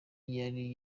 yari